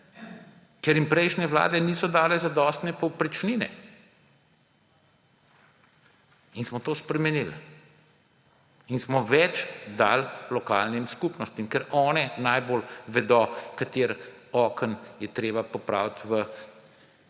ker jim prejšnje vlade niso dale zadostne povprečnine. To smo spremenili in smo več dali lokalnim skupnostim, ker one najbolje vedo, katero okno je treba popraviti v